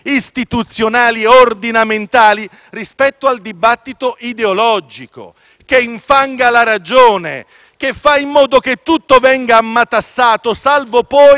che infanga la ragione e che fa in modo che tutto venga ammatassato salvo poi essere costretti a trovare rimedio. Abbiamo lavorato